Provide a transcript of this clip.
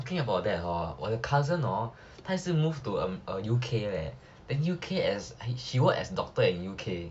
I think about that hor 我的 cousin hor 他也是 move to um move to U_K leh then in U_K she work as doctor in U_K